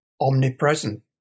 omnipresent